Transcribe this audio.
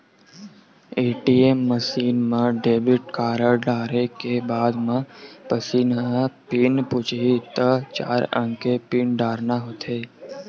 ATM machine म debit card डारे के बाद म मसीन ह पिन पूछही त चार अंक के पिन डारना होथे